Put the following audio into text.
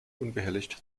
unbehelligt